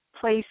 place